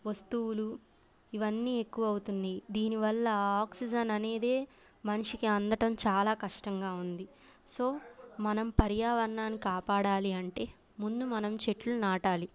వస్తువులు ఇవన్నీ ఎక్కువవుతున్నాయి దీనివల్ల ఆక్సిజన్ అనేదే మనిషికి అందడం చాలా కష్టంగా ఉంది సో మనం పర్యావరణాన్ని కాపాడాలి అంటే ముందు మనం చెట్లు నాటాలి